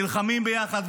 נלחמים ביחד,